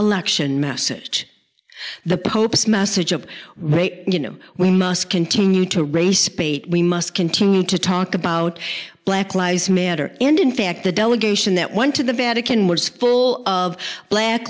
election message the pope's message of you know we must continue to race bait we must continue to talk about black lies matter and in fact the delegation that went to the vatican was full of black